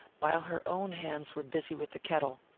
while her own hands were busy with the kettle.